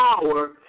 power